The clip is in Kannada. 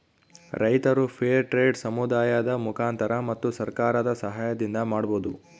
ರೈತರು ಫೇರ್ ಟ್ರೆಡ್ ಸಮುದಾಯದ ಮುಖಾಂತರ ಮತ್ತು ಸರ್ಕಾರದ ಸಾಹಯದಿಂದ ಮಾಡ್ಬೋದು